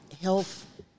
health